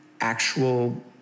actual